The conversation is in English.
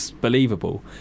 believable